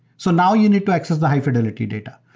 so now you need to access the high-fidelity data.